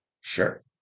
Sure